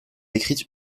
écrite